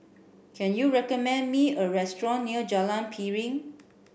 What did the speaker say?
can you recommend me a restaurant near Jalan Piring